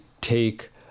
take